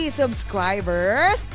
subscribers